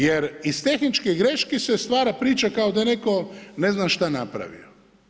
Jer iz tehničkih greški se stvar priča kao da je netko ne znam šta napravio.